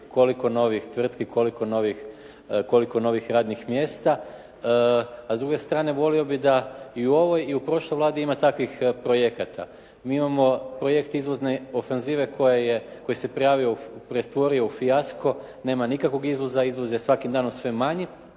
koliko novih tvrtki, koliko novih radnih mjesta. A s druge strane, volio bi da i u ovoj i u prošloj Vladi ima takvih projekata. Mi imamo projekt izvozne ofenzive koji se pretvorio u fijasko. Nema nikakvog izvoza, izvoz je svakim danom sve manji